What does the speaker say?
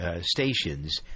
stations